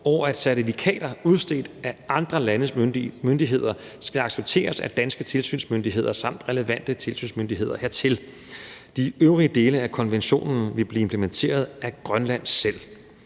og at certifikater udstedt af andre landes myndigheder skal accepteres af danske tilsynsmyndigheder samt relevante tilsynsmyndigheder. De øvrige dele af konventionen vil blive implementeret af Grønland selv.